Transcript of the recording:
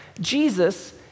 Jesus